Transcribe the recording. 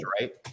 right